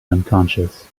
unconscious